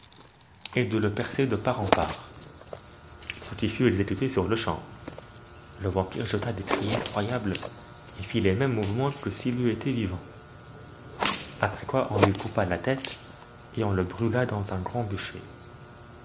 et de le percer de part en part ce qui fut exécuté sur le champ le vampire jeta des cris effroyables et fit les mêmes mouvemens que s'il eût été vivant après quoi on lui coupa la tête et on le brûla dans un grand